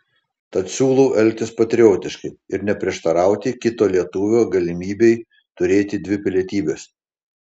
tad siūlau elgtis patriotiškai ir neprieštarauti kito lietuvio galimybei turėti dvi pilietybes